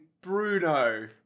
Bruno